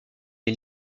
des